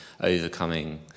overcoming